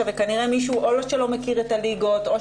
וכנראה מישהו או שלא מכיר את הליגות,